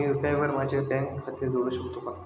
मी UPI वर माझे bank खाते जोडू शकतो का?